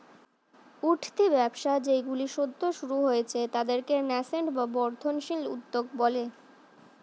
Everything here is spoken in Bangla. উঠতি ব্যবসা যেইগুলো সদ্য শুরু হয়েছে তাদেরকে ন্যাসেন্ট বা বর্ধনশীল উদ্যোগ বলে